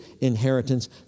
inheritance